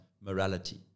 morality